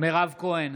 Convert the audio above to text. מירב כהן,